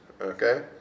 Okay